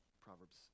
Proverbs